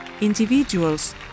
individuals